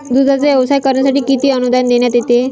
दूधाचा व्यवसाय करण्यासाठी किती अनुदान देण्यात येते?